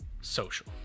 social